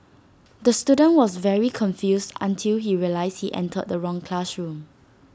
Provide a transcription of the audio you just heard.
the student was very confused until he realised he entered the wrong classroom